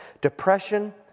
depression